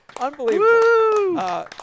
unbelievable